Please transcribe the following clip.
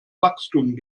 wachstum